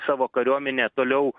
savo kariuomenę toliau